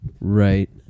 right